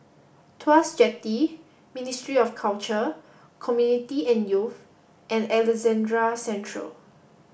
Tuas Jetty Ministry of Culture Community and Youth and Alexandra Central